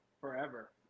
Forever